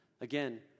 again